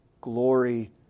glory